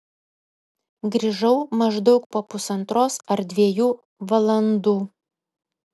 grįžau maždaug po pusantros ar dviejų valandų